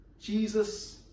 Jesus